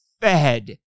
fed